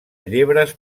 llebres